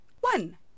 One